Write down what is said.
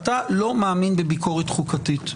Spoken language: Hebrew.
אתה לא מאמין בביקורת חוקתית.